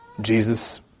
Jesus